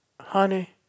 honey